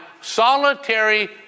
solitary